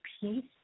peace